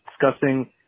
discussing